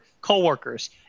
coworkers